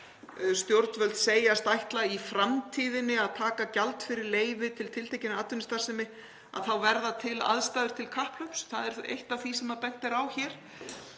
stjórnvöld segjast ætla í framtíðinni að taka gjald fyrir leyfi til tiltekinnar atvinnustarfsemi þá verði til aðstæður til kapphlaups. Það er eitt af því sem bent er á hér.